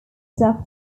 after